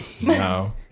no